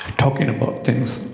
talking about things,